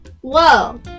Whoa